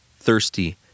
thirsty